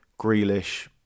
Grealish